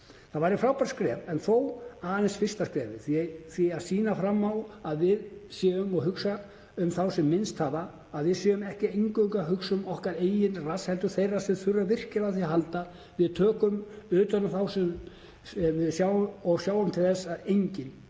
Það væri frábært skref en þó aðeins fyrsta skrefið í því að sýna fram á að við séum að hugsa um þá sem minnst hafa, að við séum ekki eingöngu að hugsa um okkar eigin rass heldur þeirra sem þurfa virkilega á því að halda að við tökum utan um þá og sjáum til þess að enginn